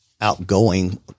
outgoing